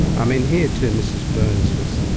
i mean, here too mrs byrnes was,